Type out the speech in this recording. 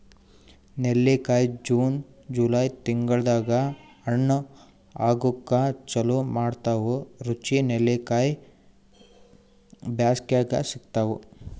ನೆಲ್ಲಿಕಾಯಿ June July ತಿಂಗಳ್ದಾಗ್ ಹಣ್ಣ್ ಆಗೂಕ್ ಚಾಲು ಮಾಡ್ತಾವ್ ರುಚಿ ನೆಲ್ಲಿಕಾಯಿ ಬ್ಯಾಸ್ಗ್ಯಾಗ್ ಸಿಗ್ತಾವ್